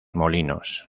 molinos